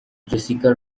jessica